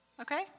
Okay